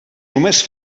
només